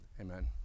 Amen